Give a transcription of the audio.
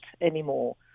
anymore